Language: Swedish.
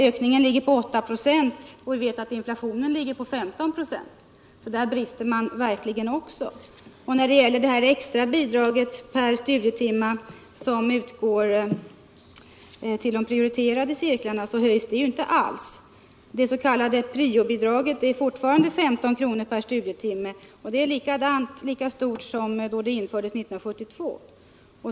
Ökningen ligger på 8 96, medan inflationen ligger på 15 96. Där brister det alltså verkligen också. Det extra bidrag per studietimme som utgår till de prioriterade cirklarna höjs inte alls. Detta s.k. prio-bidrag är fortfarande 15 kr. per studitimme, dvs. lika högt som då det infördes 1972.